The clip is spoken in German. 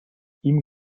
ihm